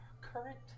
current